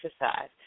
exercise